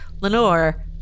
Lenore